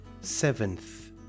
Seventh